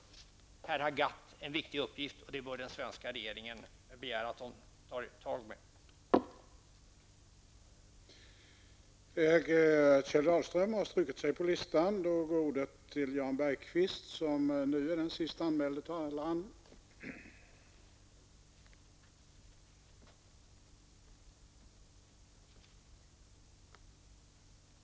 Här har GATT en viktig uppgift, och den bör den svenska regeringen begära att organisationen tar tag i.